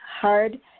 hard